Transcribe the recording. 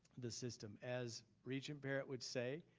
the system. as regent barrett would say,